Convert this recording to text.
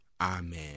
amen